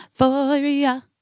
euphoria